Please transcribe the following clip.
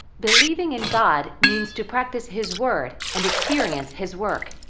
believing in god means to practice his word and experience his work,